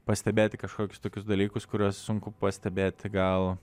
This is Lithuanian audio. pastebėti kažkokius tokius dalykus kuriuos sunku pastebėti gal